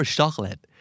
Chocolate